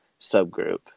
subgroup